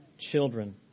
children